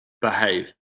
behave